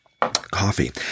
coffee